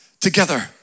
together